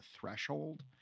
threshold